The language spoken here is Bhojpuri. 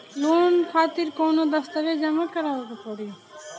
लोन खातिर कौनो दस्तावेज जमा करावे के पड़ी?